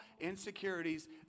insecurities